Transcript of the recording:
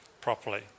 properly